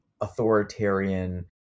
authoritarian